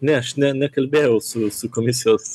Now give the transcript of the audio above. ne aš ne nekalbėjau su su komisijos